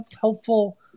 helpful